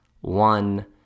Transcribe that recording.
one